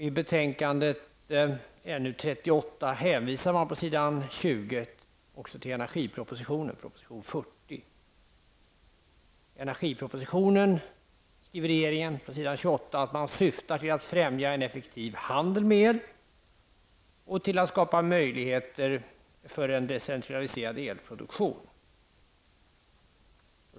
I betänkandet energipropositionen, s. 28, skriver regeringen att man syftar till att främja en effektiv handel med el och till att skapa möjligheter för en decentraliserad elproduktion.